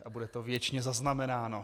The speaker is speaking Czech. A bude to věčně zaznamenáno.